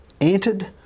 entered